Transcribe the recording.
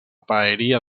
paeria